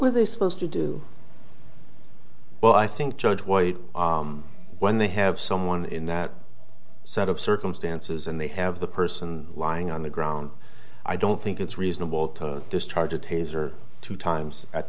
were they supposed to do well i think judge white when they have someone in that set of circumstances and they have the person lying on the ground i don't think it's reasonable to discharge a taser two times at